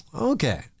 Okay